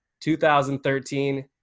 2013